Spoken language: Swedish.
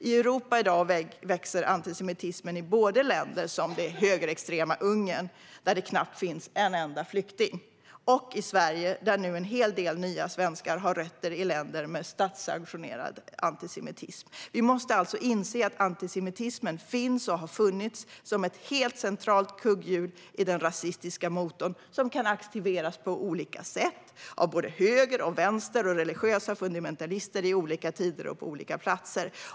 I Europa växer i dag antisemitismen i både länder som det högerextrema Ungern, där det knappt finns en enda flykting, och i Sverige, där nu en hel del nya svenskar har rötter i länder med statssanktionerad antisemitism. Vi måste alltså inse att antisemitismen finns och har funnits som ett helt centralt kugghjul i den rasistiska motorn, som kan aktiveras på olika sätt av både höger och vänster och av religiösa fundamentalister i olika tider och på olika platser.